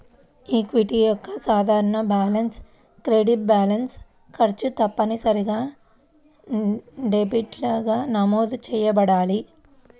equity యొక్క సాధారణ balance credit balance, ఖర్చు తప్పనిసరిగా డెబిట్గా నమోదు చేయబడాలి